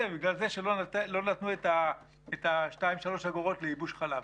ובגלל זה שלא נתנו את ה-2 3 אגורות לייבוש חלב.